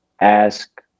ask